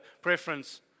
preference